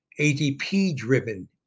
ATP-driven